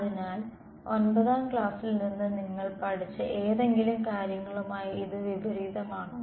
അതിനാൽ 9 ാം ക്ലാസ്സിൽ നിന്ന് നിങ്ങൾ പഠിച്ച ഏതെങ്കിലും കാര്യങ്ങളുമായി ഇത് വിപരീതമാണോ